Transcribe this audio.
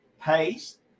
paste